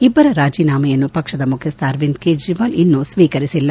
ಇಬ್ಬರ ರಾಜೀನಾಮೆಯನ್ನು ಪಕ್ಷದ ಮುಖ್ಯಸ್ನ ಅರವಿಂದ ಕೇಜ್ರವಾಲ್ ಇನ್ನು ಸ್ವೀಕರಿಸಿಲ್ಲ